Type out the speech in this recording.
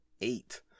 eight